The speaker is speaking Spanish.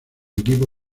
equipo